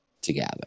together